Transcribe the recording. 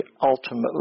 ultimately